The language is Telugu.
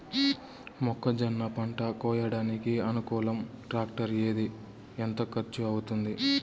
మొక్కజొన్న పంట కోయడానికి అనుకూలం టాక్టర్ ఏది? ఎంత ఖర్చు అవుతుంది?